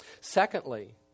Secondly